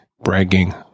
bragging